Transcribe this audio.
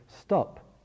stop